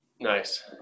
Nice